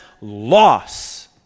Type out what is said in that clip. loss